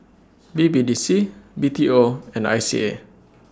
B B D C B T O and I C A